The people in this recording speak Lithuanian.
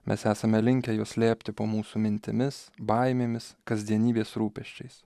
mes esame linkę juos slėpti po mūsų mintimis baimėmis kasdienybės rūpesčiais